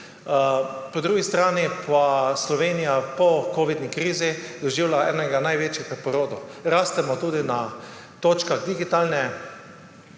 Po drugi strani pa Slovenija po covidni krizi doživlja enega največjih preporodov, rastemo tudi na točkah digitalne